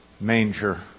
manger